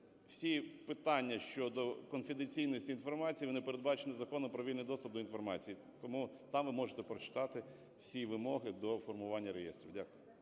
всі питання щодо конфіденційності інформації, вони передбачені Законом про вільний доступ до інформації. Тому там ви можете прочитати всі вимоги до формування реєстрів. Дякую.